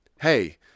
Hey